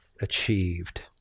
achieved